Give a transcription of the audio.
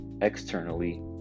externally